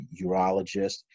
urologist